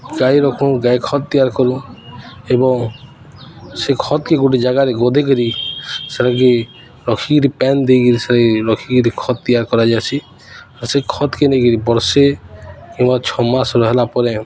ଗାଈ ରଖୁ ଗାଈ ଖତ ତିଆରି କରୁଁ ଏବଂ ସେ ଖତକେ ଗୋଟେ ଜାଗାରେ ଗଦେଇକରି ସେଟାକି ରଖିକିରି ପାନ୍ ଦେଇକିରି ସେ ରଖିକିରି ଖତ ତିଆରି କରାଯାଏସି ସେ ଖତକେ ନେଇକିରି ବର୍ଷେ କିମ୍ବା ଛଅମାସ ରହ ହେଲା ପରେ